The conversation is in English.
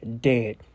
dead